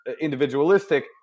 individualistic